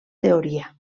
teoria